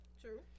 True